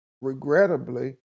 regrettably